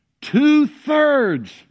two-thirds